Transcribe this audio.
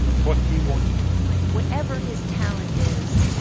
what he want to do like, whatever his talent is.